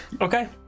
Okay